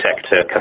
sector